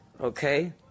Okay